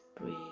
breathe